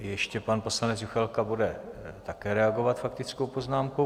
Ještě pan poslanec Juchelka bude také reagovat faktickou poznámkou.